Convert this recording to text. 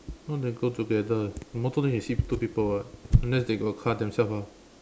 how they go together motor usually two people [what] unless they go car themselves lah